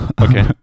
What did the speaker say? okay